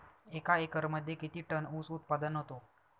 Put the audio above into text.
एका एकरमध्ये किती टन ऊस उत्पादन होतो?